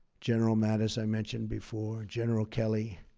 general mattis i mentioned before, general kelly.